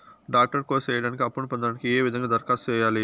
Doctor course సేయడానికి అప్పును పొందడానికి ఏ విధంగా దరఖాస్తు సేయాలి?